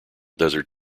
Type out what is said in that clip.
desert